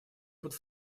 опыт